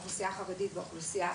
האוכלוסייה החרדית והאוכלוסייה